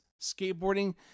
skateboarding